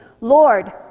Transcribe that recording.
Lord